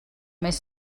mes